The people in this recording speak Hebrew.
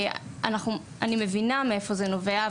אני מבינה מאיפה זה נובע,